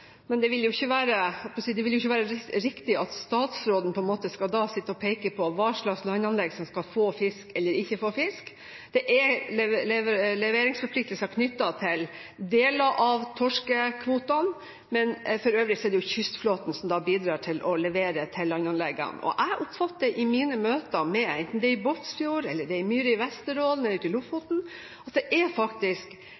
men det vil ikke være riktig at statsråden skal sitte og peke på hva slags landanlegg som skal få fisk – eller ikke få fisk. Det er leveringsforpliktelser knyttet til deler av torskekvotene, men for øvrig er det kystflåten som bidrar til å levere til landanleggene. Jeg oppfatter i mine møter – enten det er i Båtsfjord, i Myre i Vesterålen eller i Lofoten – at det